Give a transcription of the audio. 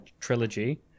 Trilogy